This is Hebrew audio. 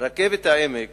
רכבת העמק